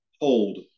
hold